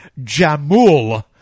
Jamul